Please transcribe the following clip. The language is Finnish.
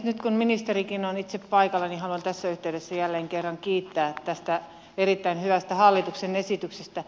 nyt kun ministerikin on itse paikalla niin haluan tässä yhteydessä jälleen kerran kiittää tästä erittäin hyvästä hallituksen esityksestä